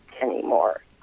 anymore